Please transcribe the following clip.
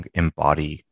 embody